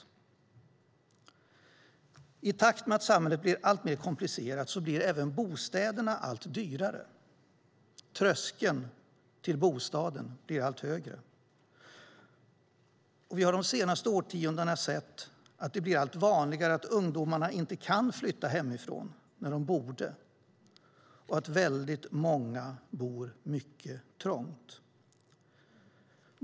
I takt med att samhället blir alltmer komplicerat blir även bostäderna allt dyrare. Tröskeln till bostaden blir allt högre, och vi har de senaste årtiondena sett att det blir allt vanligare att ungdomarna inte kan flytta hemifrån när de borde och att väldigt många bor mycket trångt.